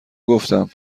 گفتم